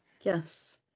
Yes